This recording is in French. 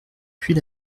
puis